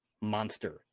monster